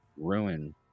ruin